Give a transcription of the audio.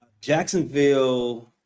Jacksonville